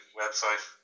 website